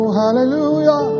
hallelujah